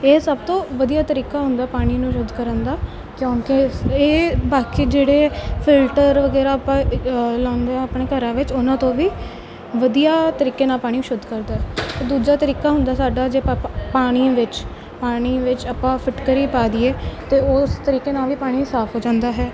ਇਹ ਸਭ ਤੋਂ ਵਧੀਆ ਤਰੀਕਾ ਹੁੰਦਾ ਪਾਣੀ ਨੂੰ ਸ਼ੁੱਧ ਕਰਨ ਦਾ ਕਿਉਂਕਿ ਅਸ ਇਹ ਬਾਕੀ ਜਿਹੜੇ ਫਿਲਟਰ ਵਗੈਰਾ ਆਪਾਂ ਲਾਉਂਦੇ ਹਾਂ ਆਪਣੇ ਘਰਾਂ ਵਿੱਚ ਉਹਨਾਂ ਤੋਂ ਵੀ ਵਧੀਆ ਤਰੀਕੇ ਨਾਲ ਪਾਣੀ ਸ਼ੁੱਧ ਕਰਦਾ ਦੂਜਾ ਤਰੀਕਾ ਹੁੰਦਾ ਸਾਡਾ ਜੇ ਪਾ ਪਾਣੀ ਵਿੱਚ ਪਾਣੀ ਵਿੱਚ ਆਪਾਂ ਫਿਟਕਰੀ ਪਾ ਦਈਏ ਤਾਂ ਉਸ ਤਰੀਕੇ ਨਾਲ ਵੀ ਪਾਣੀ ਸਾਫ ਹੋ ਜਾਂਦਾ ਹੈ